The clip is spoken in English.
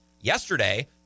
Yesterday